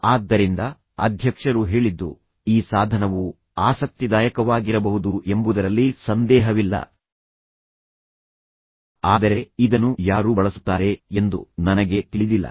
ಆದ್ದರಿಂದ ಅಧ್ಯಕ್ಷರು ಹೇಳಿದ್ದು ಈ ಸಾಧನವು ಆಸಕ್ತಿದಾಯಕವಾಗಿರಬಹುದು ಎಂಬುದರಲ್ಲಿ ಸಂದೇಹವಿಲ್ಲ ಆದರೆ ಇದನ್ನು ಯಾರು ಬಳಸುತ್ತಾರೆ ಎಂದು ನನಗೆ ತಿಳಿದಿಲ್ಲ